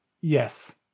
Yes